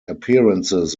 appearances